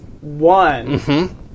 one